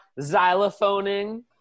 xylophoning